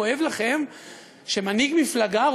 כואב לכם שמנהיג מפלגה,